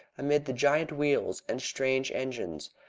amid the giant wheels and strange engines,